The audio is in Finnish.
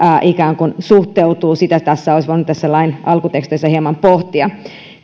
suhteutuu sitä tässä lain alkuteksteissä olisi voinut hieman pohtia